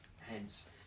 Hence